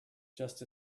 just